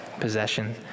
possession